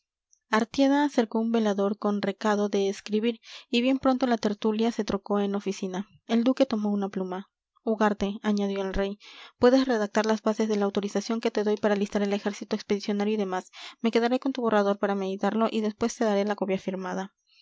artieda acercó un velador con recado de escribir y bien pronto la tertulia se trocó en oficina el duque tomó una pluma ugarte añadió el rey puedes redactar las bases de la autorización que te doy para alistar el ejército expedicionario y demás me quedaré con tu borrador para meditarlo y después te daré la copia firmada